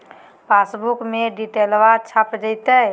पासबुका में डिटेल्बा छप जयते?